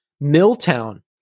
Milltown